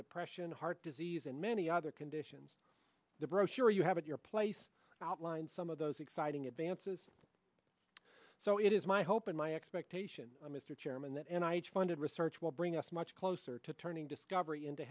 depression heart disease and many other conditions the brochure you have at your place outlined some of those exciting advances so it is my hope and my expectation mr chairman that and i funded research will bring us much closer to turning discovery into